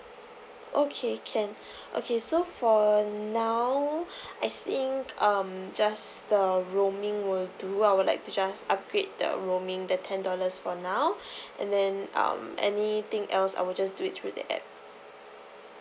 okay can okay so for now I think um just the roaming will do I would like to just upgrade that roaming the ten dollars for now and then um anything else I will just do it with the app